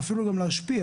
ואפילו גם להשפיע.